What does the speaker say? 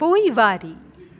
पोइवारी